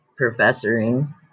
professoring